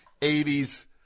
80s